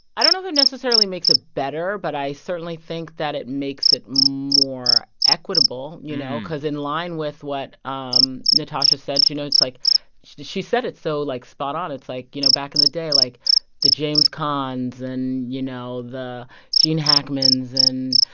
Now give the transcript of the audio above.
i don't know if it necessarily makes it better, but i certainly think that it makes it more equitable, you know, because in line with what um natasha said, you know, it's like she she said it so, like, spot on. it's like, you know, back in the day like the james caans and, you know, the gene hackmans and,